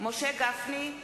משה גפני,